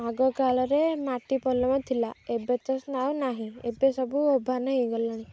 ଆଗକାଳରେ ମାଟି ପଲମ ଥିଲା ଏବେ ତ ଆଉ ନାହିଁ ଏବେ ସବୁ ଓଭାନ ହେଇଗଲାଣି